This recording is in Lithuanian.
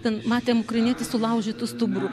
ten matėm ukrainietį sulaužytu stuburu